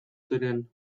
ziren